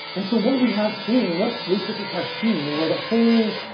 and so what we have seen, what researchers have seen and where the whole